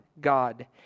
God